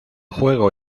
juego